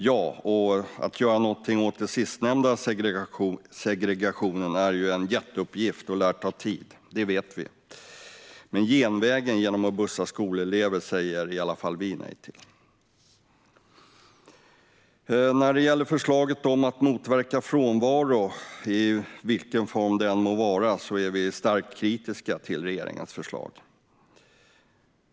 Ja, och att göra något åt den sistnämnda segregationen är en jätteuppgift som lär ta tid - det vet vi. Men genvägen att bussa skolelever säger i alla fall vi nej till. När det gäller förslaget att motverka frånvaro, i vilken form det än må vara, är vi starkt kritiska till regeringens förslag.